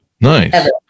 Nice